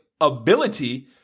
ability